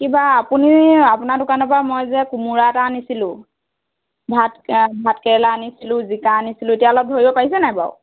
কিবা আপুনি আপোনাৰ দোকানৰ পৰা মই যে কোমোৰা এটা আনিছিলোঁ ভাতকে ভাতকেৰেলা আনিছিলোঁ জিকা আনিছিলোঁ এতিয়া অলপ ধৰিব পাৰিছেনে নাই বাৰু